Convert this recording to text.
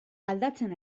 aldatzen